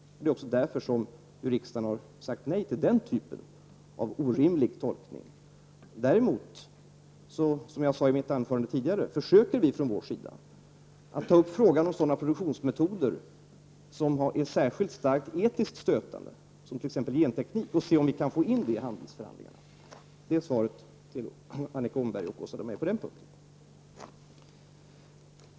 Riksdagen har också därför sagt nej till den typen av orimlig tolkning. Som jag sade i mitt tidigare anförande försöker vi däremot att ta upp frågan om sådana produktionsmetoder som är särskilt starkt etiskt stötande, som t.ex. genteknik, för att se om vi kan få in dessa frågor i förhandlingarna. Det är svaret till Annika Åhnberg och Åsa Domeij på den punkten.